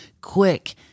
quick